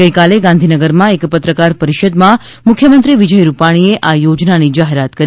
ગઇકાલે સવારે ગાંધીનગરમાં એક પત્રકાર પરિષદમાં મુખ્યમંત્રીશ્રી વિજય રૂપાણીએ આ યોજનની જાહેરાત કરી